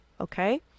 okay